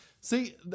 See